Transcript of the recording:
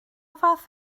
fath